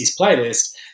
playlist